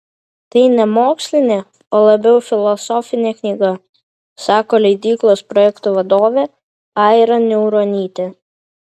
tai ne mokslinė o labiau filosofinė knyga sako leidyklos projektų vadovė aira niauronytė